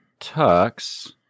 tux